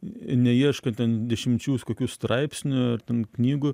neieško ten dešimčių kokių straipsnių ar ten knygų